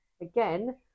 Again